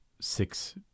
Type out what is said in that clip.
six